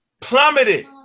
Plummeted